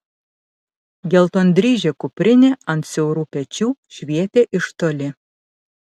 geltondryžė kuprinė ant siaurų pečių švietė iš toli